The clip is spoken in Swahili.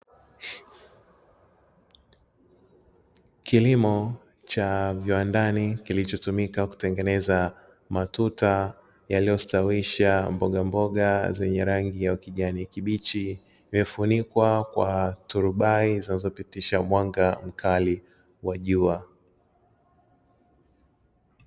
Kilimo cha viwandani kilichotumika kutengeneza matuta yaliyostawisha mbogamboga zenye rangi ya kijani kibichi. Imefunikwa kwa turubai zinazopitisha mwanga mkali wa jua.